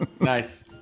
Nice